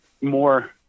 more